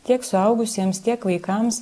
tiek suaugusiems tiek vaikams